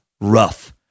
rough